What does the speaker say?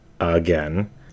again